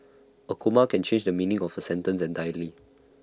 A comma can change the meaning of A sentence entirely